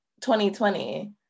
2020